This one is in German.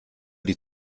die